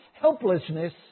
helplessness